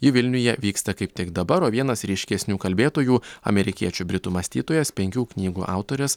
ji vilniuje vyksta kaip tik dabar o vienas ryškesnių kalbėtojų amerikiečių britų mąstytojas penkių knygų autorius